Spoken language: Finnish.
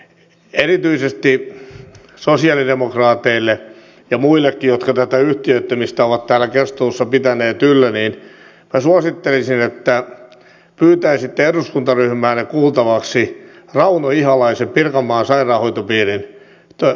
erityisesti sosialidemokraateille ja muillekin jotka tätä yhtiöittämistä ovat täällä keskustelussa pitäneet yllä minä suosittelisin että pyytäisitte eduskuntaryhmäänne kuultavaksi rauno ihalaisen pirkanmaan sairaanhoitopiirin johtajan